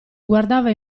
guardava